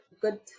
good